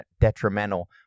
detrimental